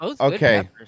Okay